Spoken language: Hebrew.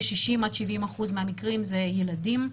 כ-60 עד 70 אחוזים מהמקרים הם ילדים,